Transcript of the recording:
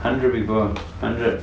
hundred people hundred